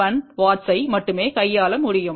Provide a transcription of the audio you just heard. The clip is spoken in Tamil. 1 W ஐ மட்டுமே கையாள முடியும்